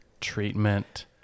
treatment